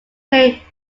play